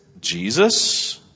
Jesus